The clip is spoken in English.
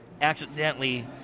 accidentally